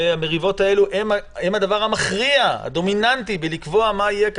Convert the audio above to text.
כשהמריבות האלה הן הדבר המכריע והדומיננטי בקביעה מה יהיה כאן,